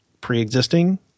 pre-existing